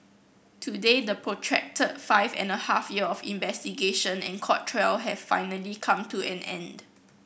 today the protracted five and a half year of investigation and court trial have finally come to an end